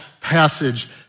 passage